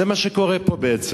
זה מה שקורה פה בעצם.